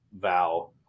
vow